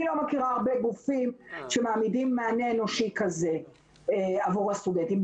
אני לא מכירה הרבה גופים שמעמידים מענה אנושי כזה עבור הסטודנטים.